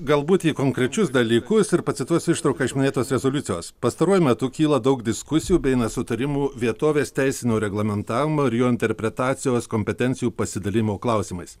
galbūt į konkrečius dalykus ir pacituosiu ištrauką iš minėtos rezoliucijos pastaruoju metu kyla daug diskusijų bei nesutarimų vietovės teisinio reglamentavimo ir jo interpretacijos kompetencijų pasidalijimo klausimais